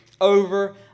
over